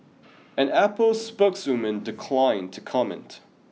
an Apple spokeswoman declined to comment